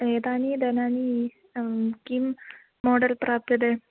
एतानि धनानि किं माडेल् प्राप्यते